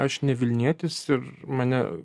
aš ne vilnietis ir mane